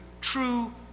true